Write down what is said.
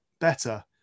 better